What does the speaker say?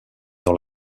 dans